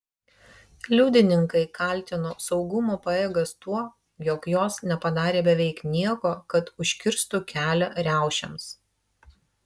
liudininkai kaltino saugumo pajėgas tuo jog jos nepadarė beveik nieko kad užkirstų kelią riaušėms